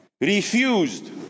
refused